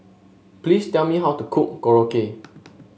please tell me how to cook Korokke